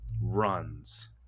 runs